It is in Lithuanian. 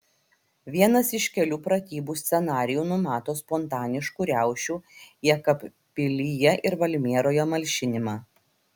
vienas iš kelių pratybų scenarijų numato spontaniškų riaušių jekabpilyje ir valmieroje malšinimą